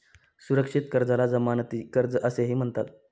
सुरक्षित कर्जाला जमानती कर्ज असेही म्हणतात